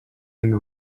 and